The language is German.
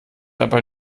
aber